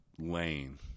lane